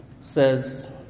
says